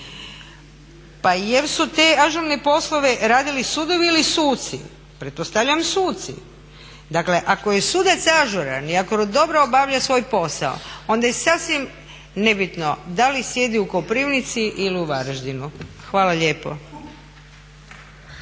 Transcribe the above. Pa jel' su te poslove radili sudovi ili suci? Pretpostavljam suci. Dakle ako je sudac ažuran i ako dobro obavlja svoj posao onda je sasvim nebitno da li sjedi u Koprivnici ili u Varaždinu. Hvala lijepo.